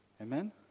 Amen